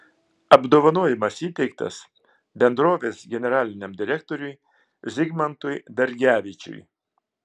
apdovanojimas įteiktas bendrovės generaliniam direktoriui zigmantui dargevičiui